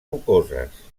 rocoses